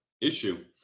issue